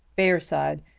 bearside!